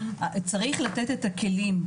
צריך לתת את הכלים,